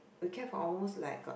we kept for almost like a